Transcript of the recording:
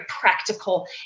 practical